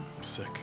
Sick